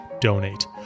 donate